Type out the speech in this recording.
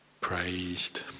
praised